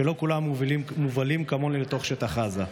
שלא כולם מובלים כמוני לתוך שטח עזה,